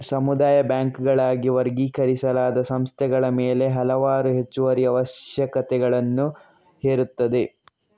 ಸಮುದಾಯ ಬ್ಯಾಂಕುಗಳಾಗಿ ವರ್ಗೀಕರಿಸಲಾದ ಸಂಸ್ಥೆಗಳ ಮೇಲೆ ಹಲವಾರು ಹೆಚ್ಚುವರಿ ಅವಶ್ಯಕತೆಗಳನ್ನು ಹೇರುತ್ತದೆ